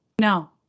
No